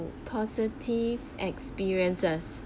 positive experiences